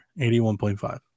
81.5